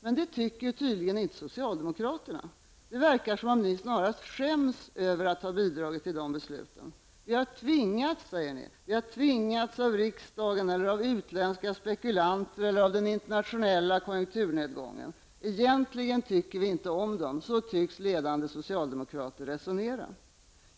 Men det tycker tydligen inte socialdemokraterna. Det verkar som om ni snarast skäms över att ni har bidragit till dessa beslut. Vi har tvingats, säger ni, av riksdagen, av utländska spekulanter, av den internationella konjunkturnedgången. Egentligen tycker vi inte om dem -- så tycks ledande socialdemokrater resonera.